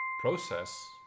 Process